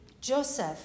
Joseph